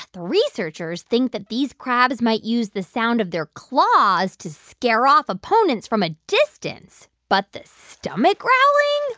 the researchers think that these crabs might use the sound of their claws to scare off opponents from a distance. but the stomach growling,